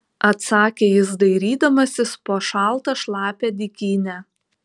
atsakė jis dairydamasis po šaltą šlapią dykynę